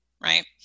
right